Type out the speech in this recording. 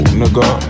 nigga